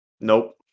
Nope